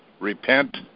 Repent